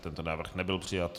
Tento návrh nebyl přijat.